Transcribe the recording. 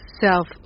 Self